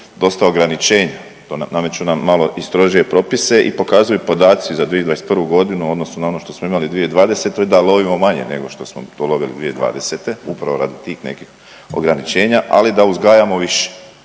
dosta ograničenja, nameću nam malo i strožije propise i pokazuju podaci za 2021.g. u odnosu na ono što smo imali u 2020. da lovimo manje nego što smo to lovili 2020. upravo radi tih nekih ograničenja, ali da uzgajamo više